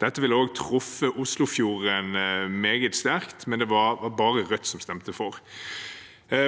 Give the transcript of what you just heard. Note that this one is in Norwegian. Dette ville også truffet Oslofjorden meget sterkt, men det var bare Rødt som stemte for.